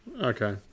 Okay